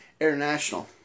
International